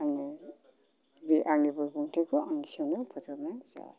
आङो बे आंनि बिबुंथिखौ आं एसेयावनो फोजोबनाय जाबाय